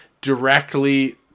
directly